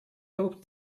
hoped